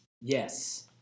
Yes